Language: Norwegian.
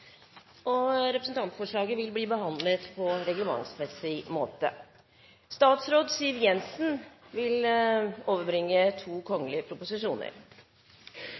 Representantforslaget vil bli behandlet på reglementsmessig måte.